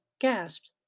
gasped